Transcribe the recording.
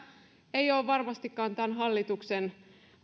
ei ole varmastikaan sinänsä tämän hallituksen